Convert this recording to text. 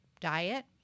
diet